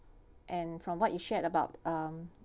and from what you shared about uh um